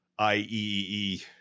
IEEE